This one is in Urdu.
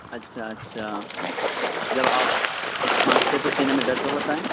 اچھا اچھا جب آپ کھانستے ہیں تو سینے میں درد ہوتا ہے